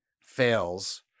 fails